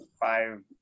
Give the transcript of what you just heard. five